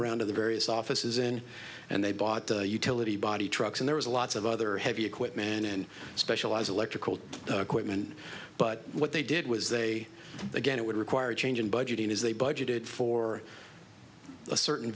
around to the various offices in and they bought utility body trucks and there was a lots of other heavy equipment and specialized electrical equipment but what they did was they again it would require a change in budgeting is they budgeted for a certain